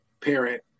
parent